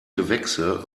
gewächse